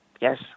yes